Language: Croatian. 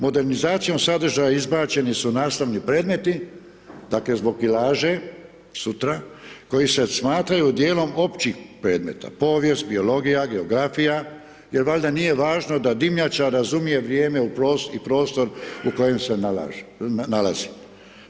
Modernizacijom sadržaja izbačeni su nastavni predmeti, dakle zbog kilaže sutra koji se smatraju dijelom općih predmeta povijest, biologija, geografija jer valjda nije važno da dimnjačar razumije vrijeme i prostor u kojem se nalaže, nalazi.